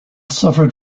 suffered